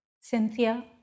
Cynthia